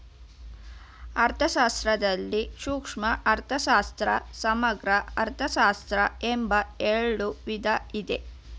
ಅರ್ಥಶಾಸ್ತ್ರದಲ್ಲಿ ಸೂಕ್ಷ್ಮ ಅರ್ಥಶಾಸ್ತ್ರ, ಸಮಗ್ರ ಅರ್ಥಶಾಸ್ತ್ರ ಎಂಬ ಎರಡು ವಿಧ ಇದೆ